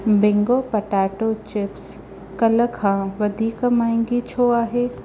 Bingo potato chips कल्ह खां वधीक महांगी छो आहे